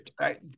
right